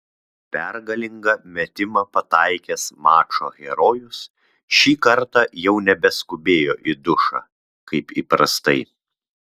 pergalingą metimą pataikęs mačo herojus šį kartą jau nebeskubėjo į dušą kaip įprastai